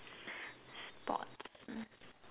sports